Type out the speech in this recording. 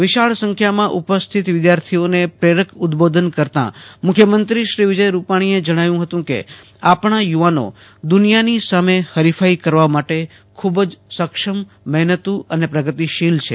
વિશાળ સંખ્યામાં ઉપસ્થિત વિધાર્થીઓને પ્રેરક ઉદબોધન કરતા મુખ્યમંત્રીશ્રી એ જણાવ્યુ હતું કે આપણા યુવાનો દુનિયના સામે હરિફાઇ કરવા માટે ખુબજ સક્ષમ મહેનતુ અને પ્રતિભાશીલ છે